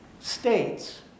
states